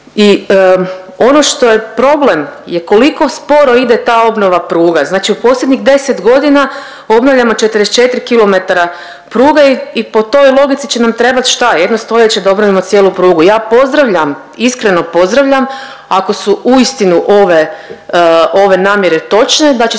I ono što je problem je koliko sporo ide ta obnova pruga. Znači u posljednjih 10 godina obnavljamo 44 km pruge i po toj logici će nam trebati, šta, jedno stoljeće da obnovimo cijelu prugu. Ja pozdravljam, iskreno pozdravljam, ako su istinu ove namjere točne, da će se